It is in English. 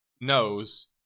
knows